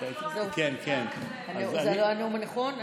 אני לא הבנתי למה זה, זה לא הנאום הנכון?